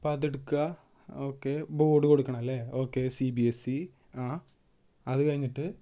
അപ്പം അതെടുക്കാം okay board കൊടുക്കണം അല്ലെ okay C B S C ആ അത് കഴിഞ്ഞിട്ട്